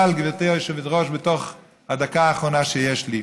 אבל, גברתי היושבת-ראש, בתוך הדקה האחרונה שיש לי,